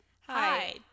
Hi